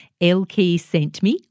LKSENTME